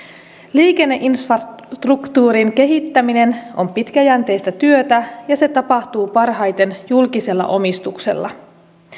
liikenneinfrastruktuurin kehittäminen on pitkäjänteistä työtä ja se tapahtuu parhaiten julkisella omistuksella